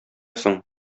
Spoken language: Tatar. соң